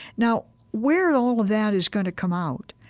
now, where all of that is going to come out,